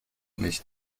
nicht